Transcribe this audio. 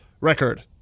record